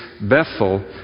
Bethel